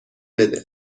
بده